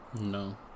No